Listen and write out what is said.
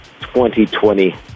2020